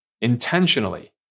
intentionally